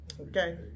Okay